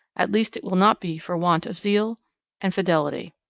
at least it will not be for want of zeal and fidelity.